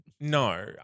No